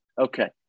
Okay